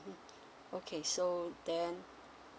okay so then